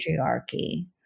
patriarchy